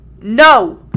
No